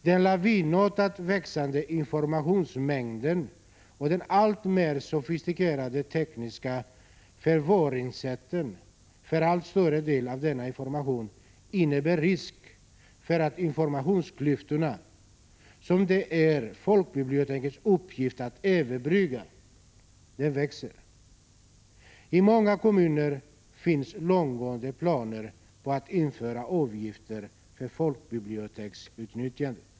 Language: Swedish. Den lavinartat växande informationsmängden och de alltmer sofistikerat tekniska förvaringssätten för allt större del av denna information innebär risk för att informationsklyftorna — som det är folkbibliotekens uppgift att överbrygga — växer. I många kommuner finns långtgående planer på att införa avgifter för folkbiblioteksutnyttjandet.